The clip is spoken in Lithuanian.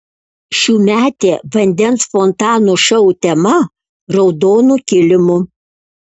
šiųmetė vandens fontanų šou tema raudonu kilimu